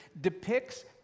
depicts